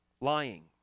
lying